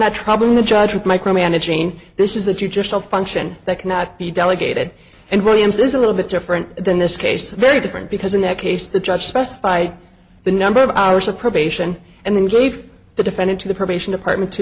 not troubling the judge with micromanaging this is that you just all function that cannot be delegated and williams is a little bit different than this case very different because in that case the judge specified the number of hours of probation and then gave the defendant to the probation department to